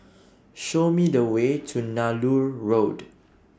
Show Me The Way to Nallur Road